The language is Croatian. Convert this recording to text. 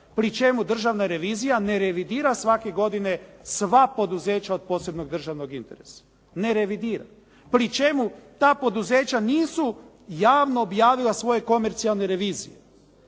Pri čemu državna revizija ne revidira svake godine sva poduzeća od posebnog državnog interesa, ne revidira. Pri čemu ta poduzeća nisu javno objavila svoje komercijalne revizije,